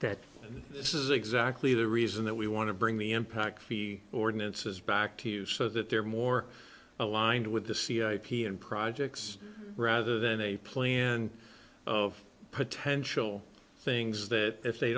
and this is exactly the reason that we want to bring the impact fee ordinances back to you so that they're more aligned with the c i p and projects rather than a plan of potential things that if they